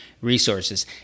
resources